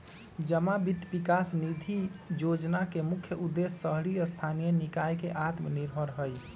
जमा वित्त विकास निधि जोजना के मुख्य उद्देश्य शहरी स्थानीय निकाय के आत्मनिर्भर हइ